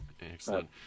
Excellent